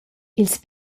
ils